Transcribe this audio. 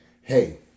hey